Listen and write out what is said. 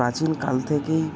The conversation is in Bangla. প্রাচীনকাল থেকেই